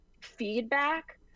feedback